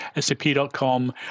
SAP.com